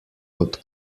kot